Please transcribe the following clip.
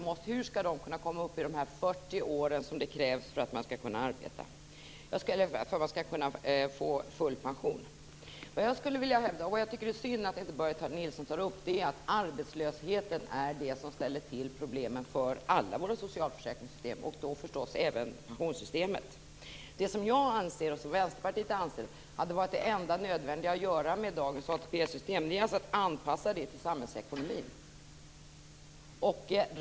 Hur skall de kunna komma upp i 40 år som det krävs för att man skall kunna få full pension? Jag tycker det är synd att Börje Nilsson inte tar upp att det är arbetslösheten som ställer till problem för alla våra socialförsäkringssystem, och då förstås också pensionssystemet. Det som jag och Vänsterpartiet anser är det enda nödvändiga att göra med dagens ATP-system är att anpassa det till samhällsekonomin.